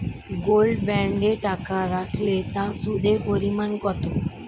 Gold বন্ডে টাকা রাখলে তা সুদের পরিমাণ কত?